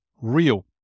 real